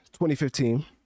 2015